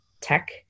tech